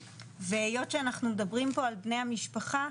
היות שאנחנו מדברים פה על בני המשפחה,